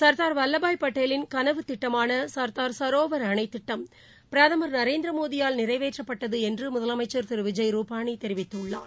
சர்தார் வல்லபாய் பட்டேலின் கனவுத்திட்டமானசர்தார் சரோவர் அணைதிட்டம் பிரதமர் மோடியால் நிறைவேற்றப்பட்டதுஎன்றுமுதலமைச்சர் திருவிஜய் ரூபானிதெரிவித்துள்ளார்